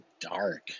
dark